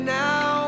now